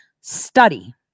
study